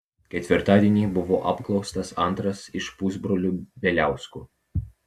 ketvirtadienį buvo apklaustas antras iš pusbrolių bieliauskų